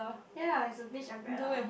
ya it's a beach umbrella